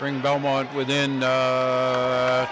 bring belmont within